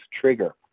trigger